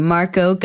Marco